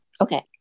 Okay